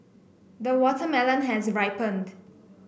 the watermelon has ripened